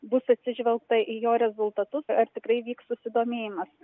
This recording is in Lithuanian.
bus atsižvelgta į jo rezultatus ar tikrai vyks susidomėjimas